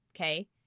Okay